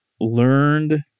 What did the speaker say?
learned